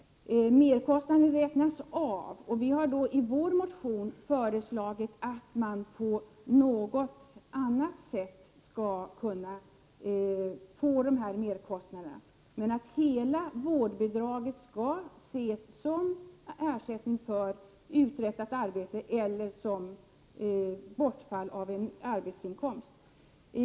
Merkostnaderna räknas av vid beräkningen av ersättningens storlek, och vi har i vår motion föreslagit att man på något annat sätt skall kunna få merkostnaderna ersatta. Hela vårdbidraget skall alltså ses som ersättning för uträttat arbete eller som ersättning för bortfall av arbetsinkomst.